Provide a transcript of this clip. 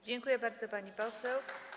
Dziękuję bardzo, pani poseł.